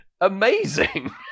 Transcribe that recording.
amazing